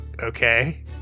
okay